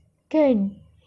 kan